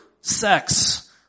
sex